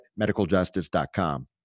medicaljustice.com